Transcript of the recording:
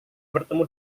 bertemu